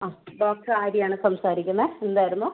ആ ഡോക്ടർ ആര്യ ആണ് സംസാരിക്കുന്നത് എന്തായിരുന്നു